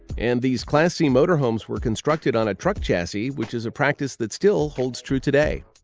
and these class c motorhomes were constructed on a truck chassis, which is a practice that still holds true today.